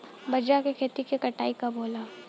बजरा के खेती के कटाई कब होला?